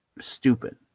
stupid